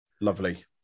Lovely